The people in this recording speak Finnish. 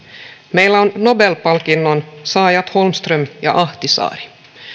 meillä on nobel palkinnon saajat holmström ja ahtisaari